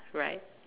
right